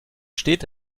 steht